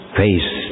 face